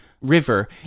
river